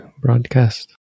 broadcast